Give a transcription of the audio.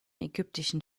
ägyptischen